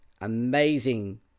amazing